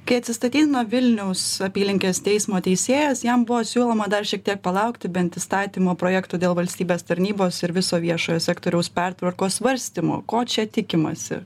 kai atsistatydino vilniaus apylinkės teismo teisėjas jam buvo siūloma dar šiek tie palaukti bent įstatymo projekto dėl valstybės tarnybos ir viso viešojo sektoriaus pertvarkos svarstymo ko čia tikimasi